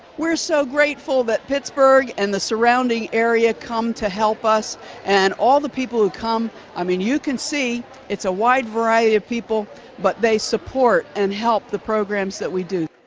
we are so grateful that pittsburgh and the surrounding area come to help us and all the people who come i mean you can see it's a wide variety of people but they support and help the programs that we do.